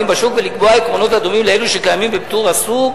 בשוק ולקבוע עקרונות הדומים לאלו שקיימים בפטור הסוג